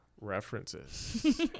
References